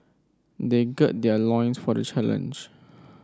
they gird their loins for the challenge